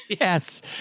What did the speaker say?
Yes